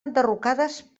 enderrocades